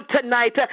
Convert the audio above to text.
tonight